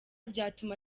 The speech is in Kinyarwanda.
byatuma